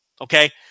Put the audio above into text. Okay